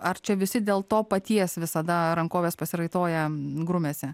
ar čia visi dėl to paties visada rankoves pasiraitoję grumiasi